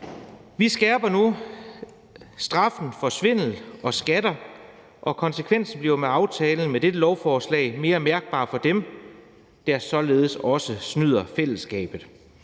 Vi skærper nu straffen for svindel med skatter, og konsekvensen af aftalen bliver jo med det her lovforslag mere mærkbar for dem, der således også snyder fællesskabet.